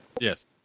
Yes